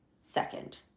second